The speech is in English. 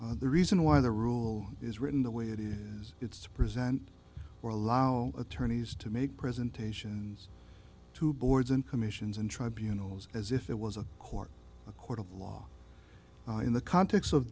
on the reason why the rule is written the way it is it's present or allow attorneys to make presentations to boards and commissions and tribunals as if it was a court a court of law in the context of